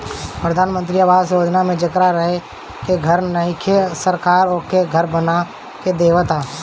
प्रधान मंत्री आवास योजना में जेकरा रहे के घर नइखे सरकार ओके घर बना के देवत ह